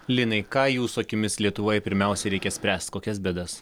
linai ką jūsų akimis lietuvoj pirmiausia reikia spręst kokias bėdas